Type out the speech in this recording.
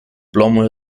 plomo